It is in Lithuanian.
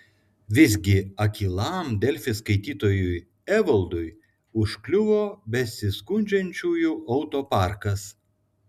visgi akylam delfi skaitytojui evaldui užkliuvo besiskundžiančiųjų autoparkas